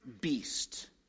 beast